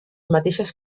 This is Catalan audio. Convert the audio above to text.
mateixes